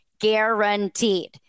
guaranteed